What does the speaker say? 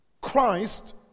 Christ